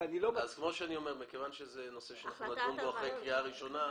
ואני לא מציע --- מכיוון שזה נושא שאנחנו נדון בו אחרי קריאה ראשונה,